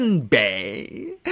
Bay